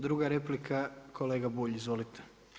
Druga replika, kolega Bulj, izvolite.